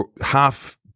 half